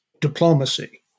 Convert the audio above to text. diplomacy